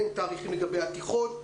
אין תאריכים לגבי התיכון.